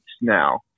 now